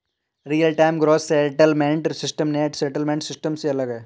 real time gross settlement system net settlement system से अलग है